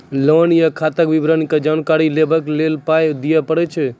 Loan आर खाताक विवरण या जानकारी लेबाक लेल पाय दिये पड़ै छै?